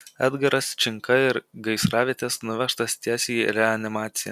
edgaras činka iš gaisravietės nuvežtas tiesiai į reanimaciją